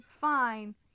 fine